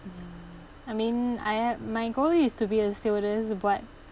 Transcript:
ya I mean I hav~ my goal is to be a stewardess but